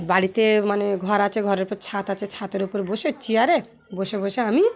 বাড়িতে মানে ঘর আছে ঘরের পর ছাত আছে ছাতের ওপর বসে চেয়ারে বসে বসে আমি